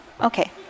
Okay